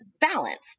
balanced